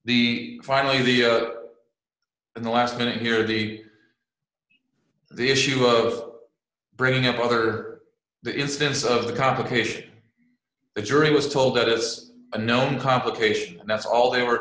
the finally the in the last minute here the the issue of bringing up other instances of the complication the jury was told that it was a known complication and that's all they were